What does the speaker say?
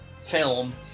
film